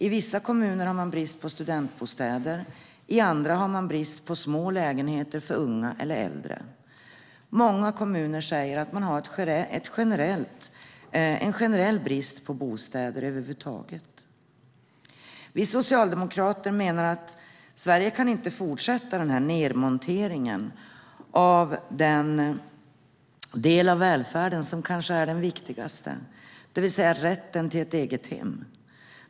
I vissa kommuner har man brist på studentbostäder. I andra har man brist på små lägenheter för unga eller äldre. Många kommuner säger att de har en generell brist på bostäder. Vi socialdemokrater menar att Sverige inte kan fortsätta denna nedmontering av den del av välfärden som kanske är den viktigaste, det vill säga rätten till ett eget hem.